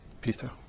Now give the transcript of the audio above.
Peter